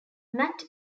matt